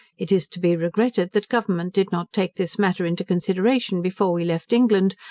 it is to be regretted that government did not take this matter into consideration before we left england,